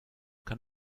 kann